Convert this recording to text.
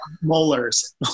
molars